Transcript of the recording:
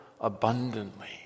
abundantly